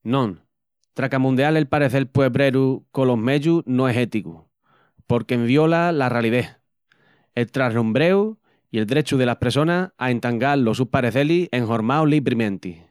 Non, tracamundeal el parecel puebreru colos meyus no es éticu, porque enviola la ralidés, el traslumbreu i'l drechu delas pressonas a entangal los su parecelis enhormaus librimenti.